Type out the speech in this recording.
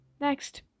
Next